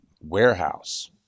warehouse